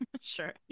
Sure